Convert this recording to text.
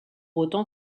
autant